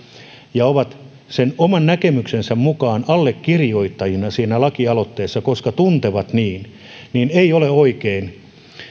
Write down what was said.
ja ovat sen oman näkemyksensä mukaan allekirjoittajina siinä lakialoitteessa koska he tuntevat niin eikä ei ole oikein